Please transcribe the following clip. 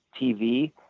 tv